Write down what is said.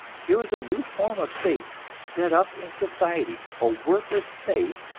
here was a new form of state set up in society, a workers' state,